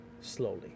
slowly